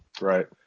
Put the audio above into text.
Right